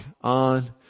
on